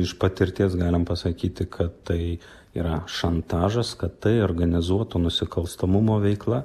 iš patirties galim pasakyti kad tai yra šantažas kad tai organizuoto nusikalstamumo veikla